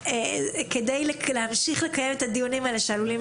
כדי להמשיך לקיים את הדיונים האלה שעלולים